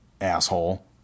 Asshole